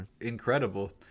incredible